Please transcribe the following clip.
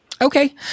Okay